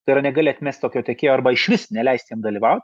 tai yra negali atmest tokio tiekėjo arba išvis neleist jam dalyvaut